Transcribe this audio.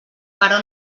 però